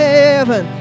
heaven